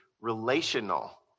relational